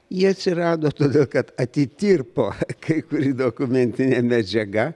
ji atsirado todėl kad atitirpo kai kuri dokumentinė medžiaga